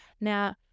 Now